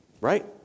Right